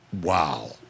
Wow